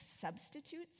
substitutes